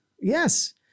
Yes